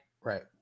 Right